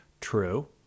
true